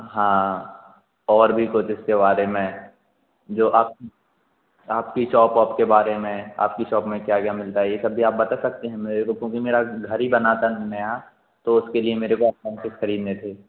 हाँ और भी कुछ इसके बारे में जो आप आपकी शॉप ऑप के बारे में आपकी शॉप में क्या क्या मिलता है यह सब भी आप बता सकते हैं मेरे को क्योंकि मेरा घर ही बना था नया तो उसके लिए मेरे को एप्लाइंसेस ख़रीदने थे